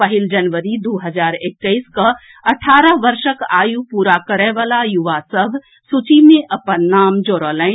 पहिल जनवरी दू हजार एक्कैस कऽ अठारह वर्षक आयु पूरा करयवला युवा सभ सूची मे अपन नाम जोड़ौलनि